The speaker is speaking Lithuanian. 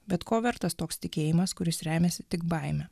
bet ko vertas toks tikėjimas kuris remiasi tik baime